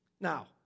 Now